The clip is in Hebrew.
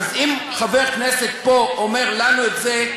אז אם חבר כנסת פה אומר לנו את זה,